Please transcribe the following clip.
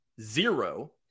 zero